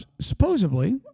supposedly